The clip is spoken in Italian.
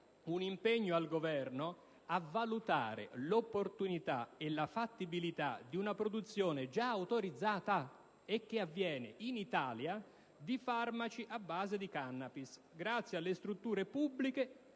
un impegno del Governo a valutare l'opportunità e la fattibilità di una produzione, già autorizzata in Italia, di farmaci a base di *cannabis*, grazie a strutture pubbliche